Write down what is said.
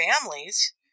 families